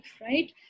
right